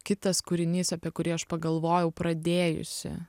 kitas kūrinys apie kurį aš pagalvojau pradėjusi